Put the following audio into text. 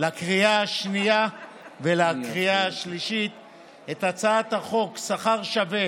לקריאה השנייה ולקריאה השלישית את הצעת החוק שכר שווה